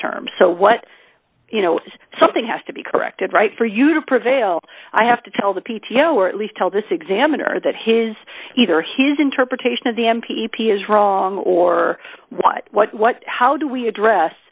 term so what you know something has to be corrected right for you to prevail i have to tell the p t o or at least tell this examiner that his either his interpretation of the m p p is wrong or what what what how do we address